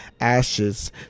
ashes